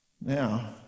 Now